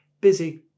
busy